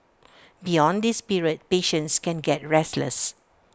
beyond this period patients can get restless